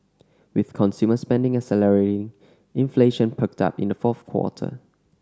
with consumer spending accelerating inflation perked up in the fourth quarter